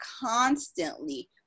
constantly